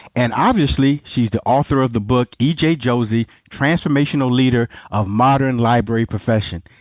and obviously, she's the author of the book e j. josey, transformational leader of modern library profession.